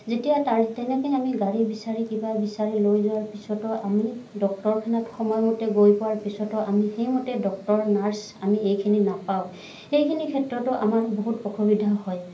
যেতিয়া তাৰ তেনেকে আমি গাড়ী বিচাৰি কিবা বিচাৰি লৈ যোৱাৰ পিছতো আমি ডক্তৰখানাত সময়মতে গৈ পোৱাৰ পিছতো আমি সেইমতে ডক্তৰ নাৰ্ছ আমি এইখিনি নাপাওঁ সেইখিনি ক্ষেত্ৰতো আমাৰ বহুত অসুবিধা হয়